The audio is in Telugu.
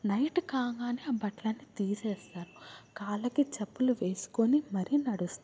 నైట్ కాగానే ఆ బట్టలన్నీ తీసేస్తారు కాళ్ళకి చెప్పులు వెస్కొని మరి నడుస్తారు